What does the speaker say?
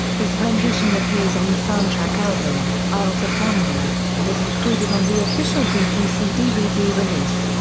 this rendition appears on the soundtrack album, isles of wonder, and is included on the official bbc dvd release.